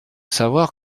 savoir